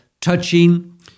touching